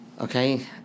Okay